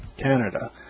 Canada